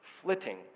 flitting